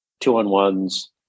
two-on-ones